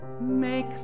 make